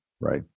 Right